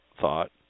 thought